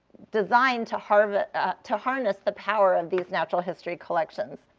designed to harness to harness the power of the natural history collections.